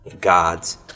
God's